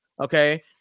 Okay